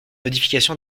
modification